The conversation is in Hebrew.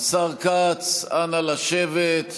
השר כץ, אנא, לשבת.